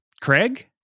Craig